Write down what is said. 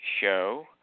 show